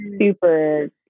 super